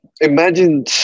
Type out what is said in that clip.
Imagine